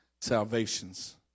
Salvations